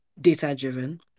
data-driven